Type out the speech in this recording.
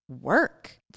work